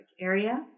area